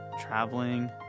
traveling